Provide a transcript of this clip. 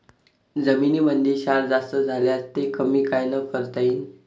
जमीनीमंदी क्षार जास्त झाल्यास ते कमी कायनं करता येईन?